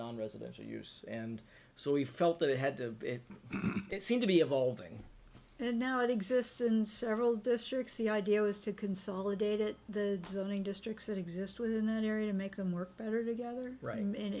non residential use and so we felt that it had to it seemed to be evolving and now it exists in several districts the idea was to consolidate it the zoning districts that exist within that area make them work better together writing